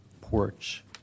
porch